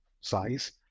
size